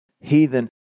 heathen